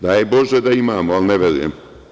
Daj Bože da imamo, ali ne verujem.